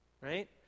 right